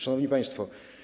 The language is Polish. Szanowni Państwo!